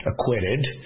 acquitted